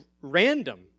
random